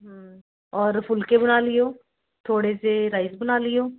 ਹੂੰ ਔਰ ਫੁਲਕੇ ਬਣਾ ਲਿਓ ਥੋੜ੍ਹੇ ਜਿਹੇ ਰਾਈਸ ਬਣਾ ਲਿਓ